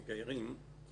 המגיירים,